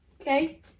Okay